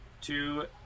two